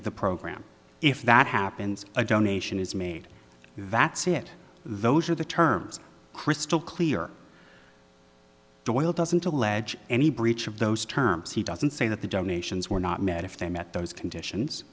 of the programme if that happens a donation is made that's it those are the terms crystal clear doyle doesn't allege any breach of those terms he doesn't say that the donations were not met if they met those conditions